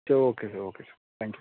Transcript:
சரி okay sir okay sir thank you sir